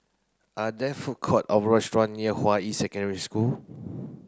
are there food court or restaurant near Hua Yi Secondary School